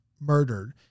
murdered